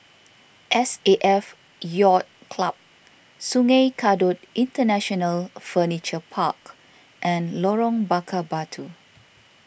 S A F Yacht Club Sungei Kadut International Furniture Park and Lorong Bakar Batu